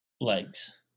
legs